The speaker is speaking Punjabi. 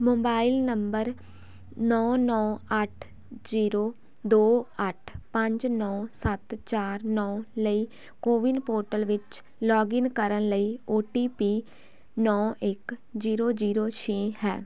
ਮੋਬਾਈਲ ਨੰਬਰ ਨੌਂ ਨੌਂ ਅੱਠ ਜ਼ੀਰੋ ਦੋ ਅੱਠ ਪੰਜ ਨੌਂ ਸੱਤ ਚਾਰ ਨੌਂ ਲਈ ਕੋਵਿਨ ਪੋਰਟਲ ਵਿੱਚ ਲੌਗਇਨ ਕਰਨ ਲਈ ਓ ਟੀ ਪੀ ਨੌਂ ਇੱਕ ਜ਼ੀਰੋ ਜ਼ੀਰੋ ਛੇ ਹੈ